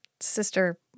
sister